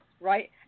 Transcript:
right